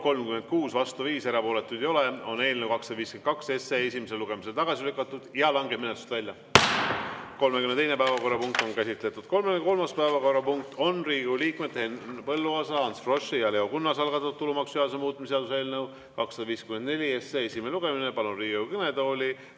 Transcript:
36, vastu 5, erapooletuid ei ole. Eelnõu 252 on esimesel lugemisel tagasi lükatud ja langeb menetlusest välja. 32. päevakorrapunkt on käsitletud. 33. päevakorrapunkt on Riigikogu liikmete Henn Põlluaasa, Ants Froschi ja Leo Kunnase algatatud tulumaksuseaduse muutmise seaduse eelnõu 254 esimene lugemine. Palun Riigikogu kõnetooli